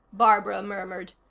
barbara murmured.